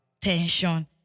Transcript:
tension